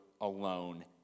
alone